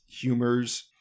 humors